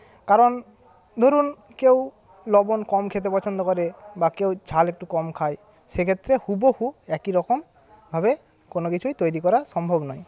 কারণ ধরুন কেউ লবণ কম খেতে পছন্দ করে বা কেউ ঝাল একটু কম খায় সে ক্ষেত্রে হুবহু একই রকমভাবে কোন কিছুই তৈরি করা সম্ভব নয়